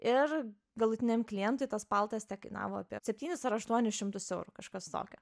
ir galutiniam klientui tas paltas tekainavo apie septynis ar aštuonis šimtus eurų kažkas tokio